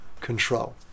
control